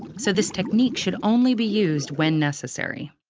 so this technique should only be used when necessary.